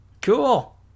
Cool